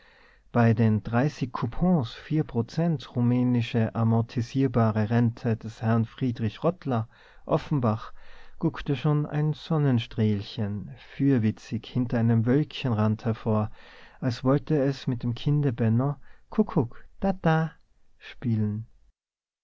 bei den drei vier prozent rumänische amortisierbare rente des herrn friedrich rottler offenbach guckte schon ein sonnenstrählchen fürwitzig hinter einem wölkchenrand hervor als wollte es mit dem kinde benno kuckucktata spielen